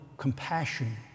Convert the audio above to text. compassion